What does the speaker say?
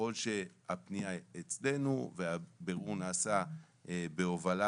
ככל שהפנייה היא אצלנו והבירור נעשה בהובלת